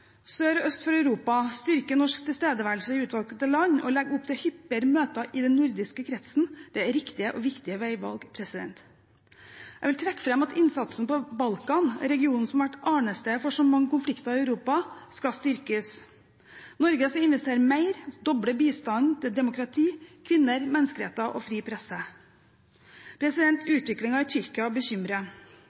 sør og øst for Europa, styrker norsk tilstedeværelse i utvalgte land og legger opp til hyppigere møter i den nordiske kretsen, er riktige og viktige veivalg. Jeg vil trekke fram at innsatsen på Balkan, regionen som har vært arnestedet for så mange konflikter i Europa, skal styrkes. Norge skal investere mer, doble bistanden til demokrati, kvinner, menneskeretter og fri presse. Utviklingen i Tyrkia bekymrer.